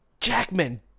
Jackman